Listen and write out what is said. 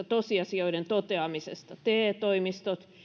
tosiasioiden toteamisesta te toimistot